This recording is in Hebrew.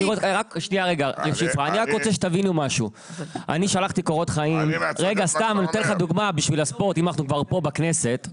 אני אתן לך דוגמה, אם אנחנו כבר כאן בכנסת.